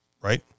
right